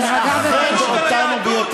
יש להם מקומות להתפלל, אף אחד לא מנע מהם.